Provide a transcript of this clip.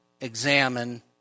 examine